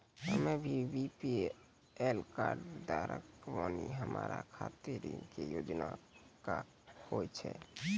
हम्मे BPL card धारक बानि हमारा खातिर ऋण के योजना का होव हेय?